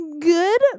good